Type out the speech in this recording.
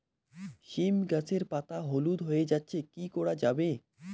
সীম গাছের পাতা হলুদ হয়ে যাচ্ছে কি করা যাবে?